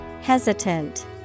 Hesitant